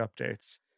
updates